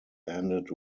ended